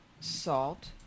salt